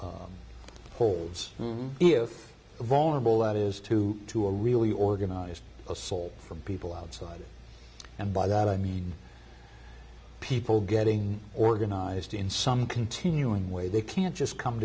holds if vulnerable that is to to a really organized a soul from people outside and by that i mean people getting organized in some continuing way they can't just come